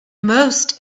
most